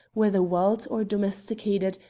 whether wild or domesticated,